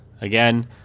Again